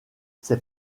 ces